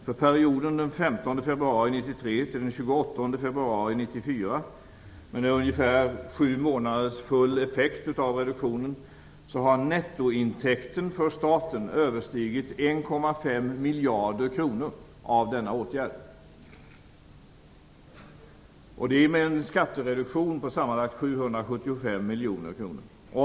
För perioden den 15 februari 1993 till den 28 februari 1994, med ungefär sju månader full effekt av reduktionen, har nettointäkten för staten överstigit 1,5 miljarder kronor. Detta har gjorts med en skattereduktion på sammanlagt 775 miljoner kronor.